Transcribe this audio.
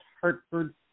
Hartford